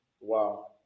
Wow